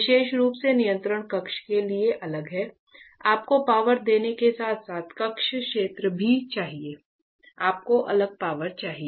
विशेष रूप से नियंत्रण कक्ष के लिए अलग से आपको पावर देने के साथ साथ कक्ष क्षेत्र भी चाहिए आपको अलग पावर चाहिए